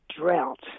drought